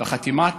וחתימת הנשיא.